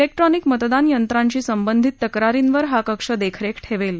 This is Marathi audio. जिक्ट्रॉनिक मतदान यंत्रांशी संबंधित तक्रारींवर हा कक्ष देखरेख ठेवेल